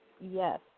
Yes